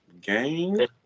gang